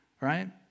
right